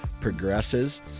progresses